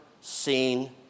seen